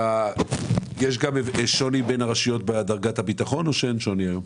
יש שוני בין הרשויות בדרגת הביטחון או שהיום אין שוני?